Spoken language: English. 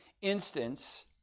instance